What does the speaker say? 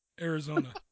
Arizona